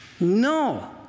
No